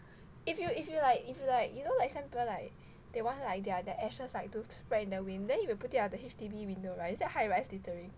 if you if you like you feel like you know like some people like they want like their their ashes like to spread in the wind then you will put it on the H_D_B window [right] is that high rise littering